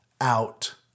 out